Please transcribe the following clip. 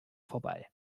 vorbei